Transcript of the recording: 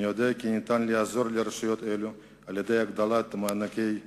אני יודע כי ניתן לעזור לרשויות אלו על-ידי הגדלת מענקי האיזון,